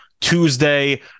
Tuesday